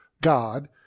God